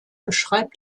beschreibt